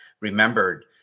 remembered